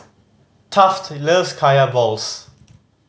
Taft loves Kaya balls